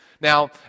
Now